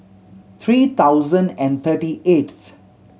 three thousand and thirty eighth